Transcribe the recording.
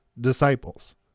disciples